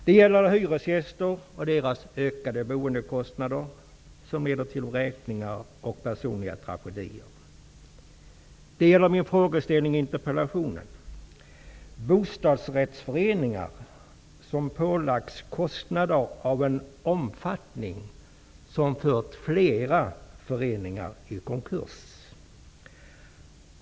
Det gäller hyresgäster och deras ökade boendekostnader, som leder till vräkningar och personliga tragedier. Det gäller min frågeställning i interpellationen: bostadsrättsföreningar som pålagts kostnader av en omfattning som fört flera föreningar i konkurs.